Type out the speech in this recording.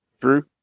True